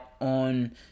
on